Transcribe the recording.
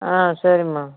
ஆ சரிம்மா